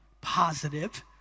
positive